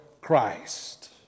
Christ